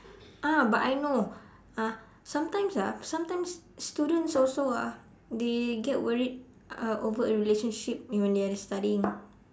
ah but I know uh sometimes ah sometimes students also ah they get worried uh over a relationship when they are studying